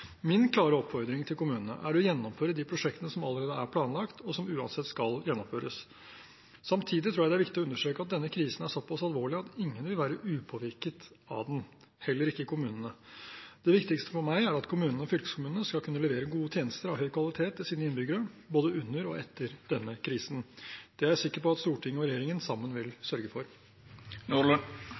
Min klare oppfordring til kommunene er å gjennomføre de prosjektene som allerede er planlagt, og som uansett skal gjennomføres. Samtidig tror jeg det er viktig å understreke at denne krisen er såpass alvorlig at ingen vil være upåvirket av den, heller ikke kommunene. Det viktigste for meg er at kommunene og fylkeskommunene skal kunne levere gode tjenester av høy kvalitet til sine innbyggere både under og etter denne krisen. Det er jeg er sikker på at Stortinget og regjeringen sammen vil sørge for.